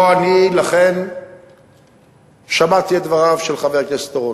אני שמעתי פה את דבריו של חבר הכנסת אורון.